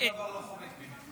שום דבר לא חומק ממנו.